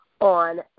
on